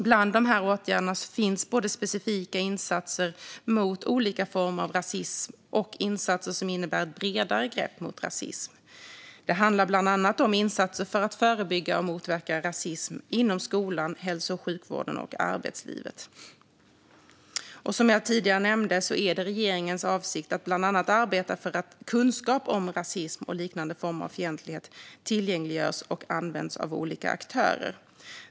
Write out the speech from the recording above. Bland dessa åtgärder finns både specifika insatser mot olika former av rasism och insatser som innebär bredare grepp mot rasism. Det handlar bland annat om insatser för att förebygga och motverka rasism inom skolan, hälso och sjukvården och arbetslivet. Som jag tidigare nämnde är det regeringens avsikt att bland annat arbeta för att kunskap om rasism och liknande former att fientlighet tillgängliggörs och används av olika aktörer.